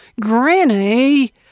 Granny